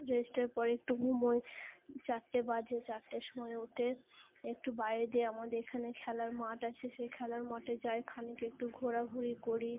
রেস্টের পরে একটু ঘুমোই চারটে বাজে চারটের সময় উঠে একটু বাইরে দিয়ে আমাদের এখানে খেলার মাঠ আছে সেই খেলার মাঠে যাই খানিক একটু ঘোরাঘুরি করি